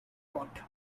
but